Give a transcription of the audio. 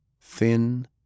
Thin